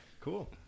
Cool